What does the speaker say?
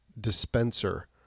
dispenser